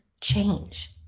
change